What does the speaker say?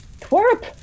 Twerp